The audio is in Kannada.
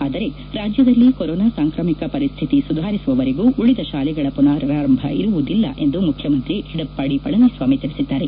ಆದರೆ ರಾಜ್ಞದಲ್ಲಿ ಕೊರೊನಾ ಸಾಂಕ್ರಾಮಿಕ ಪರಿಸ್ಹಿತಿ ಸುಧಾರಿಸುವವರೆಗೂ ಉಳಿದ ಶಾಲೆಗಳ ಪುನರಾರಂಭ ಇರುವುದಿಲ್ಲ ಎಂದು ಮುಖ್ಯಮಂತ್ರಿ ಎಡಪ್ಪಾಡಿ ಪಳನಿ ಸ್ವಾಮಿ ತಿಳಿಸಿದ್ದಾರೆ